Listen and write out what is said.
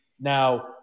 now